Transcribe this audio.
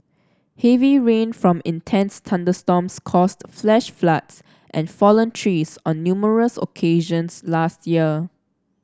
heavy rain from intense thunderstorms caused flash floods and fallen trees on numerous occasions last year